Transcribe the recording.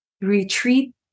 Retreat